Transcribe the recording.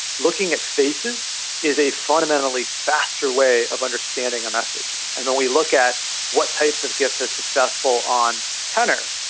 looking at faces is a fundamentally faster way of understanding a message. and when we look at what types of gifs are successful on tenor,